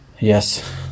Yes